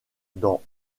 dans